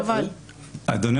חבל --- צבי,